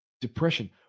depression